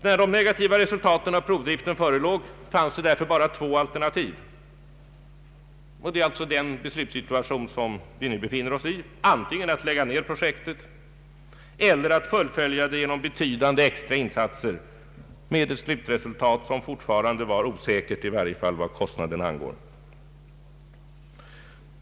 När de negativa resultaten av provdriften förelåg fanns bara två alternativ. Det är den beslutssituationen som vi nu befinner oss i. Antingen skall vi lägga ner projektet eller fullfölja det genom betydande extra insatser med ett slutresultat som fortfarande är osäkert Ang. avveckling av Marvikenprojektet vad kostnaderna angår.